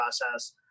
process